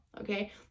okay